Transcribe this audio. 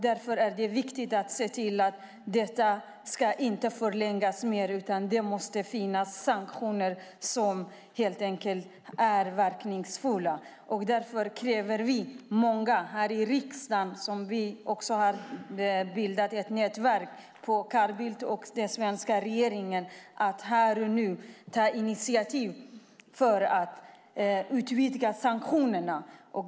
Därför är det viktigt att inte förlänga den mer. Det måste finnas verkningsfulla sanktioner. Därför är vi många här i riksdagen som kräver - vi har också bildat ett nätverk - att Carl Bildt och den svenska regeringen här och nu ska ta initiativ till att utvidga sanktionerna.